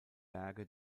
berge